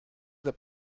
that